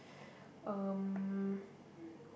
um